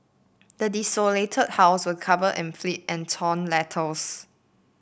the desolated house was covered in filth and torn